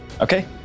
okay